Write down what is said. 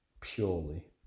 purely